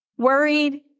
worried